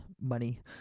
money